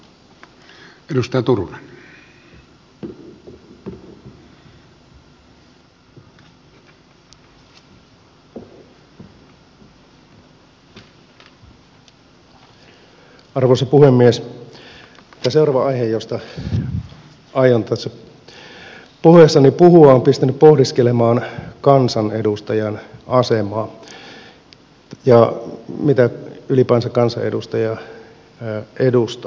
tämä seuraava aihe josta aion tässä puheessani puhua on pistänyt pohdiskelemaan kansanedustajan asemaa ja sitä mitä kansanedustaja ylipäätänsä edustaa